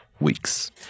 weeks